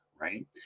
right